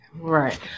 right